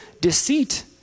deceit